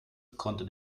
konnte